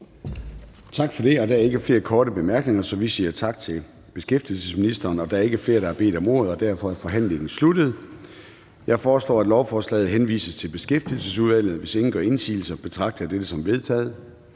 Tak for det, og der er ikke flere korte bemærkninger, så vi siger tak til beskæftigelsesministeren. Der er ikke flere, der har bedt om ordet, og derfor er forhandlingen sluttet. Jeg foreslår, at lovforslaget henvises til Beskæftigelsesudvalget. Hvis ingen gør indsigelse, betragter jeg dette som vedtaget.